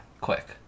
Quick